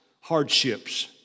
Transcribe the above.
hardships